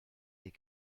les